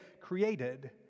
created